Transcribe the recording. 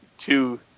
two